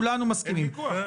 כולנו מסכימים.